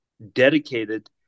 dedicated